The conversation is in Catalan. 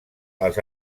els